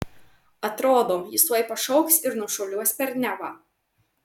atrodo jis tuoj pašoks ir nušuoliuos per nevą